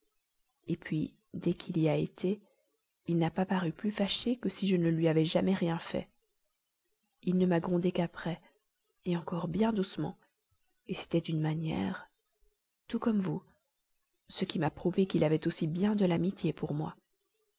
et puis dès qu'il y a été il n'a pas paru plus fâché que si je ne lui avais jamais rien fait il ne m'a grondée qu'après encore bien doucement c'était d'une manière tout comme vous ce qui m'a prouvé qu'il avait aussi bien de l'amitié pour moi